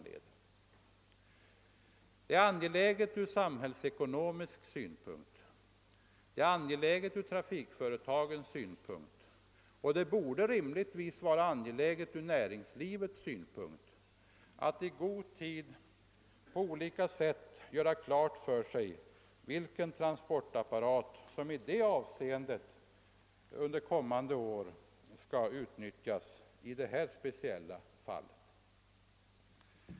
Det är angeläget från samhällsekonomins och från trafikföretagens synpunkt liksom det rimligen borde vara från näringslivets synpunkt att i god tid på olika sätt klargöra vilken transportapparat som skall uinyttjas i detta speciella avseende under kommande år.